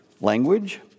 language